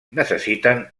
necessiten